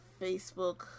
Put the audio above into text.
facebook